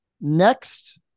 Next